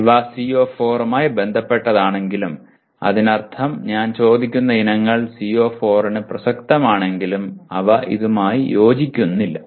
ഇവ CO4 മായി ബന്ധപ്പെട്ടതാണെങ്കിലും അതിനർത്ഥം ഞാൻ ചോദിക്കുന്ന ഇനങ്ങൾ CO4 ന് പ്രസക്തമാണെങ്കിലും അവ ഇതുമായി യോജിക്കുന്നില്ല